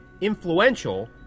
influential